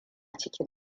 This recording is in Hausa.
cikin